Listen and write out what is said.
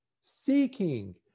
seeking